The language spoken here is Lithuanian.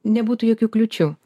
nebūtų jokių kliūčių